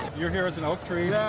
you're here as an oak tree?